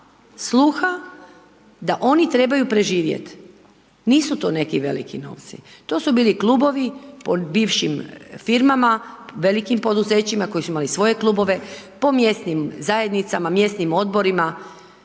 sluha da oni trebaju preživjeti. Nisu to neki veliki novci, to su bili klubovi po bivšim firmama, velikim poduzećima, koji su imali svoje klubove, po mjesnim zajednicama, mjesnim odborima,